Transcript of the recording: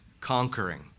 conquering